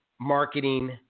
marketing